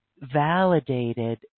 validated